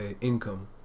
Income